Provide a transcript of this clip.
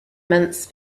months